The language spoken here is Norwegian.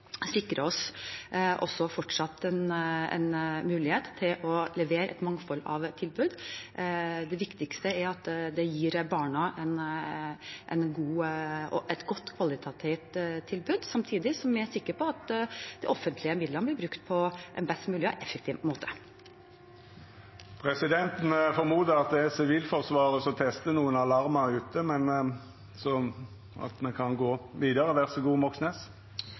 oss mulighet til fortsatt å levere et mangfold av tilbud. Det viktigste er at det gir barna et kvalitativt godt tilbud, samtidig som man kan være sikker på at de offentlige midlene blir brukt på en best mulig og effektiv måte.